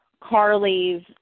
Carly's